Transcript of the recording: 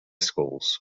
schools